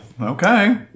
okay